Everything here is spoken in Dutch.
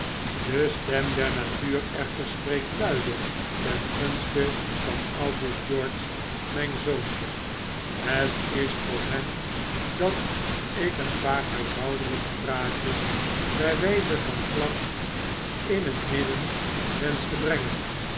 de stem der natuur echter spreekt luide ten gunste van august george myn zoontje het is voor hem dat ik een paar huishoudeliike praatjes by wyze van klacht in het midden wensch te brengen